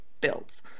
builds